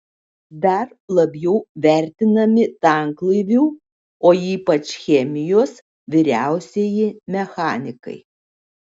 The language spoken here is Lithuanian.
dar labiau vertinami tanklaivių o ypač chemijos vyriausieji mechanikai